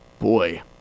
boy